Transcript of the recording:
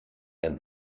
and